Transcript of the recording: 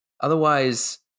otherwise